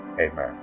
amen